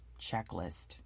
checklist